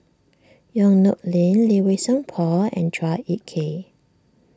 Yong Nyuk Lin Lee Wei Song Paul and Chua Ek Kay